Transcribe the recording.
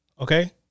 Okay